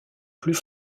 plus